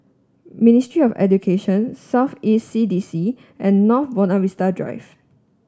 Ministry of Education South East C D C and North Buona Vista Drive